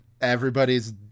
everybody's